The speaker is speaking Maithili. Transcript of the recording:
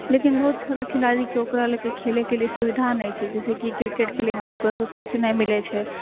लेकिन बहुत छौँड़ा खेलाड़ीके ओकरा खेलैके लिए सुविधा नहि छै जाहिसँ कि किरकेटके लिए बहुत कोइके कोच नहि मिलै छै